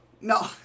No